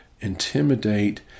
intimidate